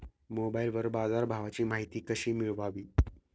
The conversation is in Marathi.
मोबाइलवर बाजारभावाची माहिती कशी मिळवावी?